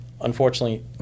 unfortunately